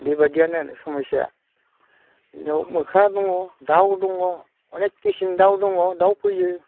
बेबायदियानो आरो समयसाया बिनियाव मोख्रा दङ दाउ दङ अनेख खिसोम दाउ दङ दाउ फैयो